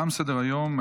תם סדר-היום.